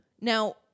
Now